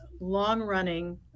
long-running